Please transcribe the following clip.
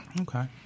Okay